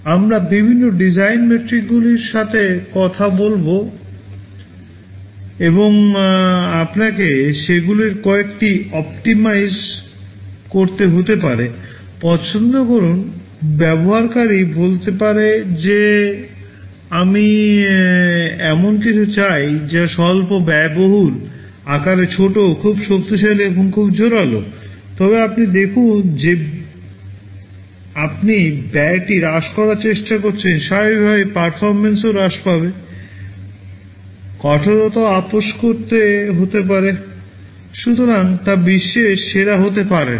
আমরা বিভিন্ন ডিজাইন মেট্রিকগুলির সাথে কথা বলব এবং আপনাকে সেগুলির কয়েকটি অনুকূলিত হিসাবে উল্লেখ করি